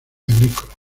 agrícolas